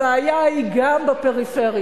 הבעיה היא גם בפריפריה,